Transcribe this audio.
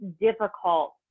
difficult